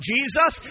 Jesus